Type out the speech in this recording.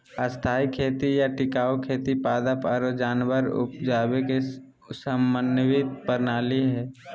स्थायी खेती या टिकाऊ खेती पादप आरो जानवर के उपजावे के समन्वित प्रणाली हय